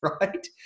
Right